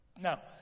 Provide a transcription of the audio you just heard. Now